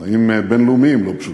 תנאים בין-לאומיים לא פשוטים.